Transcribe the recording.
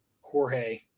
Jorge